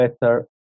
better